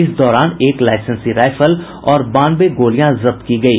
इस दौरान एक लाईसेंसी राइफल और बानवे गोलियां जब्त की गयी